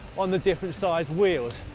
on the different-sized wheels.